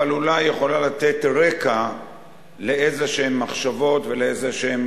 אבל אולי יכולה לתת רקע למחשבות כלשהן